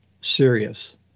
serious